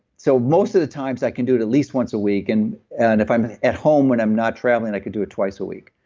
so most of the times i can do it at least once a week. and and if i'm at home when i'm not traveling, i could do it twice a week.